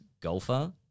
golfer